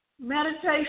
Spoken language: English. Meditation